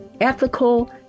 ethical